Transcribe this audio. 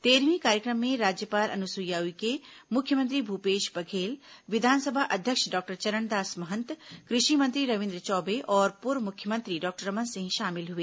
तेरहवीं कार्यक्रम में राज्यपाल अनुसुईया उइके मुख्यमंत्री भूपेश बघेल विधानसभा अध्यक्ष डॉक्टर चरणदास महंत कृषि मंत्री रविन्द्र चौबे और पूर्व मुख्यमंत्री डॉक्टर रमन सिंह शामिल हुए